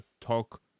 talk